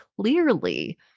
clearly